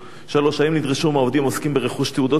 3. האם נדרשו מהעובדים העוסקים ברכוש תעודות יושר?